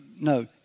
no